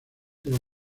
los